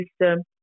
system